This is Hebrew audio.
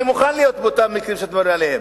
אני מוכן להיות באותם מקרים שאתה מדבר עליהם,